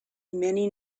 many